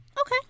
Okay